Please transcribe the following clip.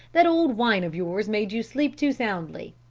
that old wine of yours made you sleep too soundly.